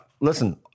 listen